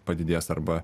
padidės arba